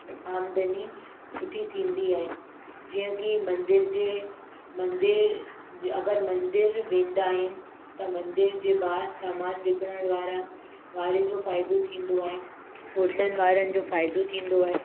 आमदनी सुठी थींदी आहे जीअं की मंदर जे मंदरु अगरि मंदरु वेंदा आहिनि त मंदर जे ॿाहिरि सामान विकिरण वारा वारे जो फ़ाइदो थींदो आहे होटल वारनि जो फ़ाइदो थींदो आहे